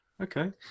Okay